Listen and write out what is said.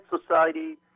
society